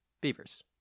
beavers